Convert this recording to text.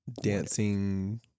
dancing